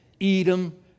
Edom